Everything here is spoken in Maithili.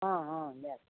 हँ हँ लए जइहो